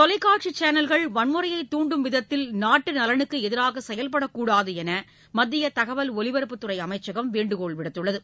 தொலைக்காட்சி சேனல்கள் வன்முறையை தூன்டும் விதத்தில் நாட்டு நலனுக்கு எதிராக செயல்படக்கூடாது என்று மத்திய தகவல் ஒலிபரப்புத்துறை அமைச்சகம் வேண்டுகோள் விடுத்துள்ளது